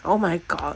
oh my god